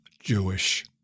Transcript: Jewish